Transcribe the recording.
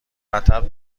مطب